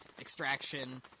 extraction